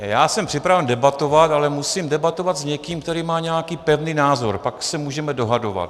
Já jsem připraven debatovat, ale musím debatovat s někým, kdo má nějaký pevný názor, pak se můžeme dohadovat.